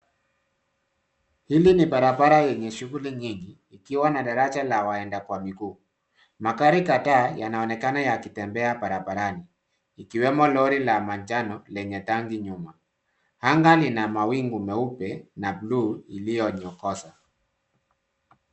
Hili ni barabara yenye shughuli nyingi ,ikiwa na daraja ya waenda kwa miguu. Magari kadhaa yanaonekana yakitembea barabarani ikiwemo lori la manjano, lenye tangi nyuma, anga lina mawingu meupe na blue iliyonyokoza.